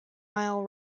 mile